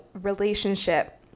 relationship